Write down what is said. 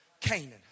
Canaan